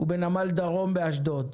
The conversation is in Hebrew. ובנמל דרום באשדוד.